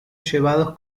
llevados